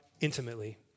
intimately